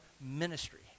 ministry